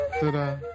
Ta-da